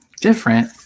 different